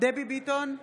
דבי ביטון,